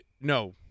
No